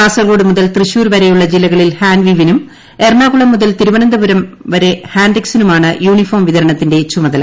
കാസർകോട് മുതൽ തൃശൂർ വരെയുള്ള ജില്ലകളിൽ ഹാൻവീവിനും എറണാകുളം മുതൽ തിരുവനന്തപുരം വരെ ഹാന്റെക്സിനുമാണ് യൂണിഫോം വിതരണത്തിന്റെ ചുമതല